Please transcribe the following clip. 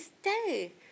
stay